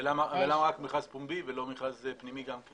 ולמה רק מכרז פומבי ולא מכרז פנימי גם?